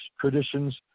traditions